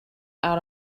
out